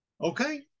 Okay